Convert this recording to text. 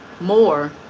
more